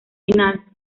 final